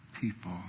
people